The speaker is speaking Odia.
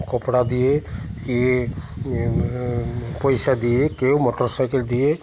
କପଡ଼ା ଦିଏ ସିଏ ପଇସା ଦିଏ ମୋଟର୍ ସାଇକେଲ ଦିଏ